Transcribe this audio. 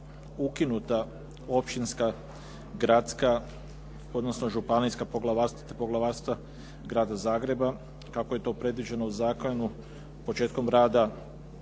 ukinuta općinska, gradska odnosno županijska poglavarstva te poglavarstva Grada Zagreba kako je to predviđeno u zakonu početkom rada